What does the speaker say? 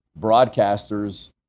broadcasters